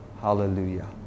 Hallelujah